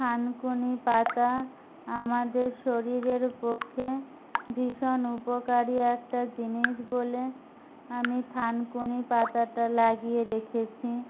থানকুনি পাতা আমাদের শরীরের পক্ষে ভীষণ উপকারি একটা জিনিস বলে আমি থানকুনি পাতাটা লাগিয়ে রেখেছি